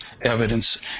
evidence